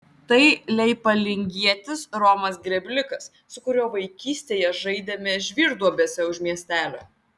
tai leipalingietis romas grėblikas su kuriuo vaikystėje žaidėme žvyrduobėse už miestelio